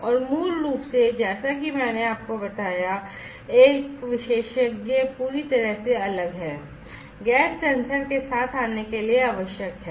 और मूल रूप से जैसा कि मैंने आपको बताया कि विशेषज्ञ पूरी तरह से अलग हैं गैस सेंसर के साथ आने के लिए आवश्यक है